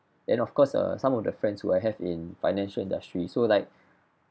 and of course err some of the friends who I have in financial industry so like